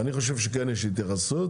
אני חושב שכן יש התייחסות.